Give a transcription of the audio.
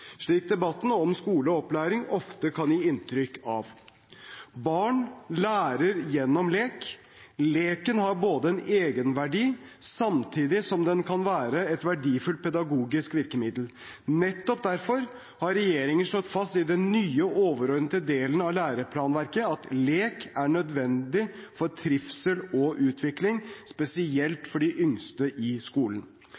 slik debatten om skole og opplæring ofte kan gi inntrykk av. Barn lærer gjennom lek. Leken har en egenverdi samtidig som den kan være et verdifullt pedagogisk virkemiddel. Nettopp derfor har regjeringen slått fast i den nye, overordnede delen av læreplanverket at lek er nødvendig for trivsel og utvikling, spesielt